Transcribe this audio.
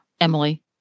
emily